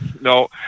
No